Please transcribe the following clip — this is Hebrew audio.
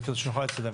כדי שנוכל להתקדם.